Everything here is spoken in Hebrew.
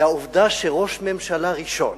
את העובדה שראש ממשלה ראשון,